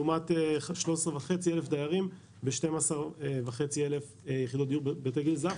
לעומת 13,500 דיירים ב-12,500 יחידות דיור בבתי גיל זהב.